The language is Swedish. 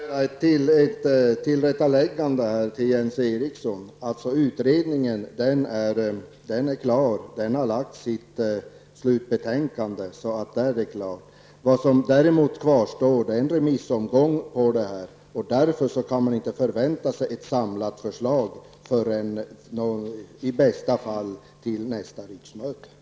Herr talman! Låt mig göra ett tillrättaläggande med anledning av det Jens Eriksson sade. Utredningen är klar och har lagt fram sitt slutbetänkande. Däremot återstår en remissomgång. Därför kan vi inte förvänta oss ett samlat förslag förrän till -- i bästa fall -- nästa riksmöte.